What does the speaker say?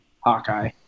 Hawkeye